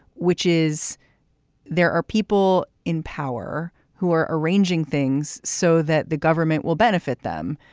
which is there are people in power who are arranging things so that the government will benefit them.